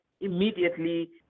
immediately